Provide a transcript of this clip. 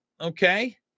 Okay